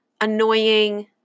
annoying